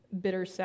bitter